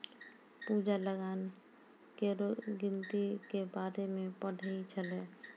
पूजा लगान केरो गिनती के बारे मे पढ़ै छलै